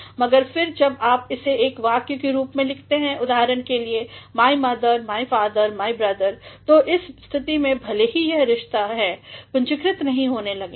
मगर फिर जब आप इसे एक वाक्य के रूप में लिखते हैं उदाहरण के लिएmy mother my father my brotherतो इस स्थिति में भले ही यह रिश्ते हैं यह पूंजीकृत नही होंगे